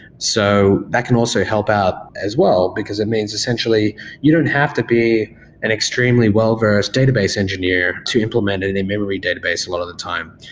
so that can also help out as well, because it means essentially you don't have to be an extremely well-versed database engineer to implement an and in-memory database a lot of the time.